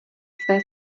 své